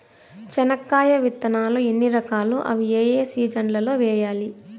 చెనక్కాయ విత్తనాలు ఎన్ని రకాలు? అవి ఏ ఏ సీజన్లలో వేయాలి?